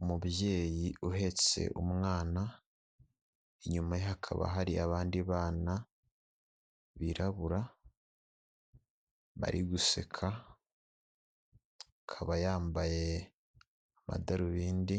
Umubyeyi uhetse umwana, inyuma ye hakaba hari abandi bana birabura bari guseka, akaba yambaye amadarubindi,